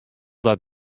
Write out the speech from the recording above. dat